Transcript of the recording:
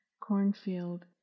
cornfield